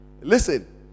Listen